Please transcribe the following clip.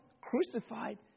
crucified